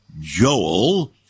Joel